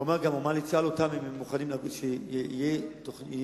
הוא גם אמר לי: תשאל אותם אם הם מוכנים שיהיה מבנה